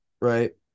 right